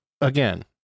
again